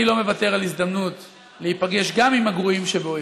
אני לא מוותר על הזדמנות להיפגש גם עם הגרועים שבאויבינו.